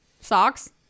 Socks